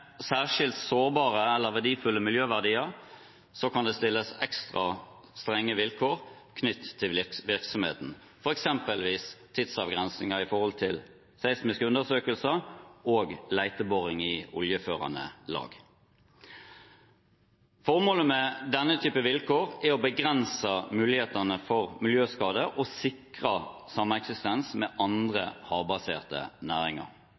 særskilt sårbare eller verdifulle miljøverdier kan det stilles ekstra strenge vilkår knyttet til virksomheten, f.eks. tidsavgrensninger når det gjelder seismiske undersøkelser og leteboring i oljeførende lag. Formålet med denne type vilkår er å begrense mulighetene for miljøskade og sikre sameksistens med andre havbaserte næringer.